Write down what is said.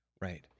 Right